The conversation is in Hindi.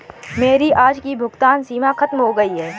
मेरी आज की भुगतान सीमा खत्म हो गई है